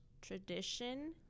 tradition